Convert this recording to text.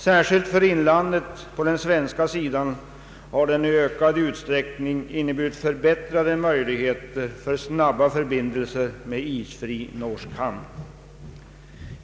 Särskilt för inlandet på den svenska sidan har den i ökad utsträckning inneburit förbättrade möjligheter till snabba förbindelser med isfri norsk hamn.